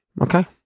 Okay